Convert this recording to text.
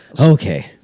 Okay